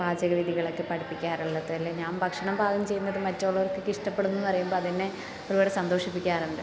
പാചകവിദ്യകളൊക്കെ പഠിപ്പിക്കാറുള്ളത് മാത്രമല്ല ഞാൻ ഭക്ഷണം പാകം ചെയ്യുന്നത് മറ്റുള്ളവർക്ക് ഒക്കെ ഇഷ്ടപ്പെടുന്നു എന്ന് അറിയുമ്പോൾ അതെന്നെ ഒരുപാട് സന്തോഷിപ്പിക്കാറുണ്ട്